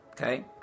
Okay